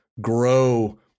grow